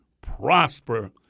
prosper